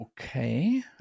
Okay